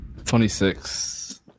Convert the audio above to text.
26